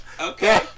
Okay